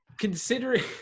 considering